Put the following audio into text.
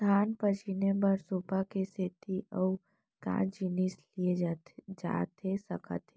धान पछिने बर सुपा के सेती अऊ का जिनिस लिए जाथे सकत हे?